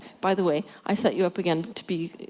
by the way, i set you up again to be. you